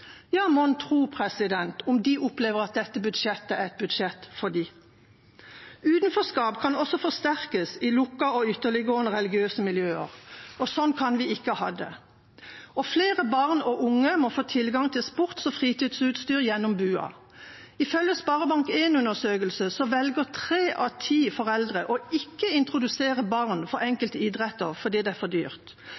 ja, mon tro om de opplever at dette budsjettet er et budsjett for dem? Utenforskap kan også forsterkes i lukkede og ytterliggående religiøse miljøer, og sånn kan vi ikke ha det. Flere barn og unge må få tilgang til sports- og fritidsutstyr gjennom BUA. Ifølge en SpareBank 1-undersøkelse velger tre av ti foreldre å ikke introdusere barn for